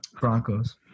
Broncos